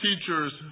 teachers